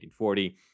1940